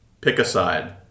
pick-a-side